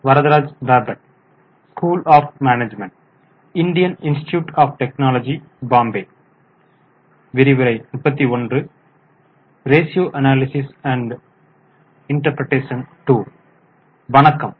வணக்கம்